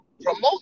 promote